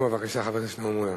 חברי שלמה מולה,